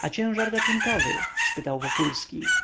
a ciężar gatunkowy spytał wokulski